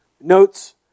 notes